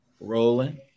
rolling